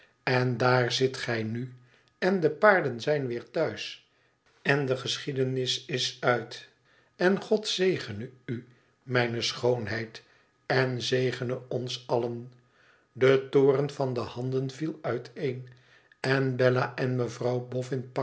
en daar zit gij nu en de paarden zijn weer thuis en de geschiedenis is uit en god zegene u mijne schoonheid en zegene ons allen de toren van de handen viel uiteen en bella en mevrouw